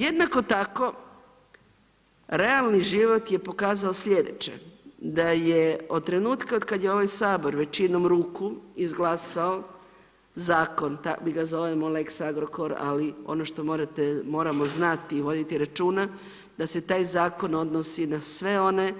Jednako tako realni život je pokazao slijedeće, da je od trenutka od kad je ovaj Sabor većinom ruku izglasao Zakon, mi ga zove lex-Agrokor, ali ono što moramo znati i voditi računa, da se taj Zakon odnosi na sve one